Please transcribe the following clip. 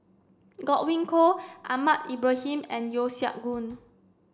Godwin Koay Ahmad Ibrahim and Yeo Siak Goon